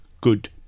good